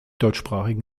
deutschsprachigen